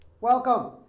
Welcome